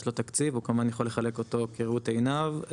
יש לו תקציב והוא יכול לחלק אותו כראות עיניו.